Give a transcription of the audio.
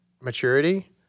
maturity